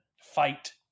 fight